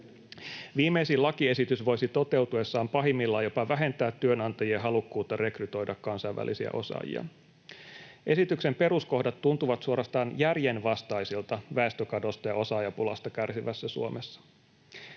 ”Viimeisin lakiesitys voisi toteutuessaan pahimmillaan jopa vähentää työnantajien halukkuutta rekrytoida kansainvälisiä osaajia.” Esityksen peruskohdat tuntuvat suorastaan järjenvastaisilta väestökadosta ja osaajapulasta kärsivässä Suomessa.